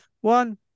One